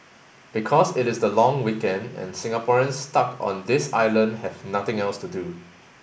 because it is the long weekend and Singaporeans stuck on this island have nothing else to do